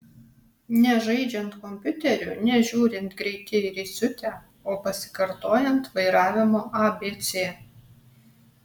ne žaidžiant kompiuteriu ne žiūrint greiti ir įsiutę o pasikartojant vairavimo abc